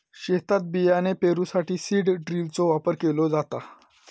शेतात बियाणे पेरूसाठी सीड ड्रिलचो वापर केलो जाता